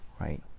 Right